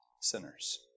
sinners